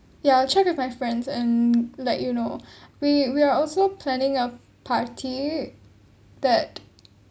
ya I check with my friends and let you know we we are also planning a party that